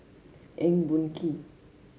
Eng Boh Kee